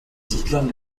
siedlern